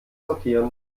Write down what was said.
sortieren